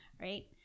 right